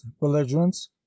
belligerents